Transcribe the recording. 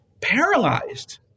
paralyzed